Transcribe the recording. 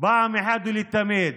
אחת ולתמיד